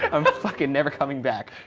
i'm but fuckin' never coming back.